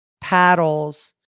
paddles